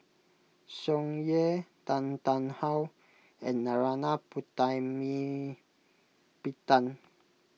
Tsung Yeh Tan Tarn How and Narana Putumaippittan